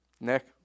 Nick